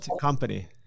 company